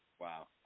Wow